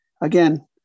again